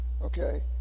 okay